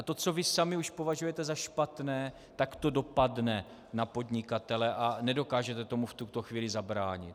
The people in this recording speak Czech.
To, co vy sami považujete za špatné, dopadne na podnikatele a nedokážete tomu v tuto chvíli zabránit.